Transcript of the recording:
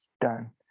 done